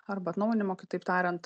arba atnaujinimo kitaip tariant